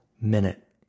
minute